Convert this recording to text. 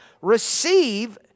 receive